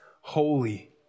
holy